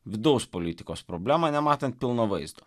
vidaus politikos problemą nematant pilno vaizdo